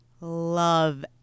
love